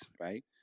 right